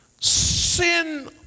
Sin